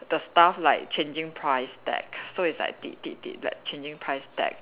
the staff like changing price tag so it's like they they they like changing price tag